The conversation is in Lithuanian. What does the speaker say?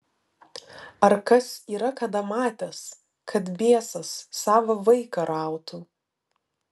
ar kas yra kada matęs kad biesas sava vaiką rautų